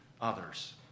others